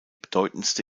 bedeutendste